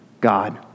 God